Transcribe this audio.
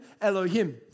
Elohim